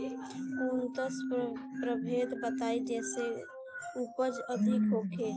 उन्नत प्रभेद बताई जेसे उपज अधिक होखे?